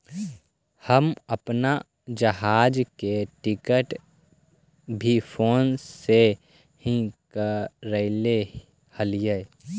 हम अपन जहाज के टिकट भी फोन से ही करैले हलीअइ